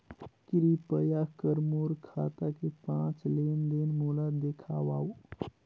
कृपया कर मोर खाता के पांच लेन देन मोला दिखावव